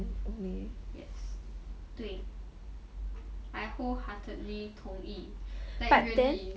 yes 对 I wholeheartedly 同意 like really